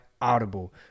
audible